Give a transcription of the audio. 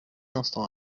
instant